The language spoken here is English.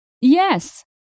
Yes